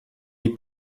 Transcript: les